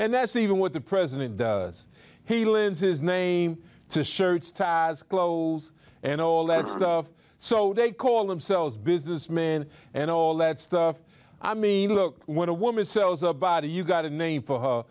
and that's even with the president as he lends his name to shirts ties clothes and all that stuff so they call themselves businessmen and all that stuff i mean look when a woman sells a body you've got a name for her